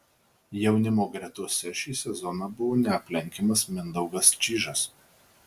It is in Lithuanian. jaunimo gretose šį sezoną buvo neaplenkiamas mindaugas čyžas